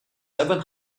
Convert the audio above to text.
seven